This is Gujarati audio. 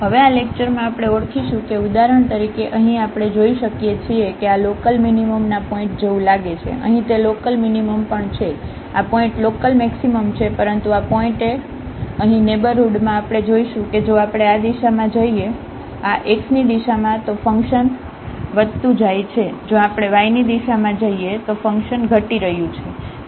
અને હવે આ લેક્ચરમાં આપણે ઓળખીશું કે ઉદાહરણ તરીકે અહીં આપણે જોઈ શકીએ કે આ લોકલમીનીમમના પોઇન્ટ જેવું લાગે છે અહીં તે લોકલમીનીમમ પણ છે આ પોઇન્ટ લોકલમેક્સિમમ છે પરંતુ આ પોઇન્ટએ અહીં નેઇબરહુડમાં આપણે જોશું કે જો આપણે આ દિશામાં જઈએ આ x ની દિશામાં તો ફંકશન વધતું જાય છે જો આપણે y ની દિશામાં જઈએ તો ફંકશન ઘટી રહ્યું છે